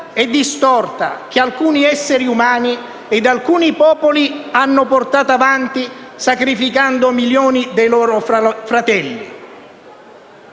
e distorta, che alcuni esseri umani ed alcuni popoli hanno portato avanti sacrificando milioni di loro fratelli.